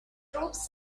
troops